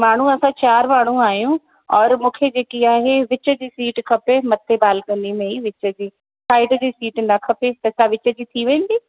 माण्हू असां चारि माण्हू आहियूं और मूंखे जेकि आहे विच जी सीट मथे बालकनी में ई विच जी साइड जी सीट न खपे त छा विच जी थी वेंदी